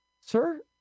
Sir